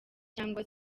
cyangwa